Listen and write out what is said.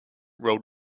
road